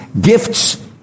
gifts